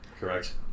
Correct